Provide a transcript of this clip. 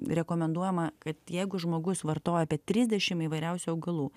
rekomenduojama kad jeigu žmogus vartoja apie trisdešim įvairiausių augalų